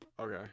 Okay